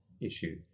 issue